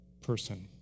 person